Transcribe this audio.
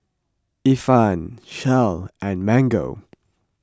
Ifan Shell and Mango